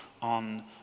On